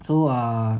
so uh